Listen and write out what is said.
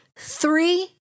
Three